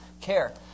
care